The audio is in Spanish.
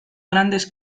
grandes